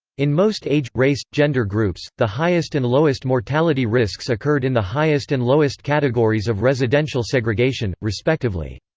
in most age race gender groups, the highest and lowest mortality risks occurred in the highest and lowest categories of residential segregation, respectively.